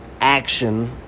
action